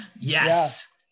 Yes